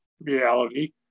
reality